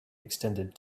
extended